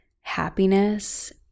happiness